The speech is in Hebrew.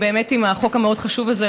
עם החוק המאוד-חשוב הזה,